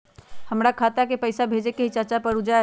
हमरा खाता के पईसा भेजेए के हई चाचा पर ऊ जाएत?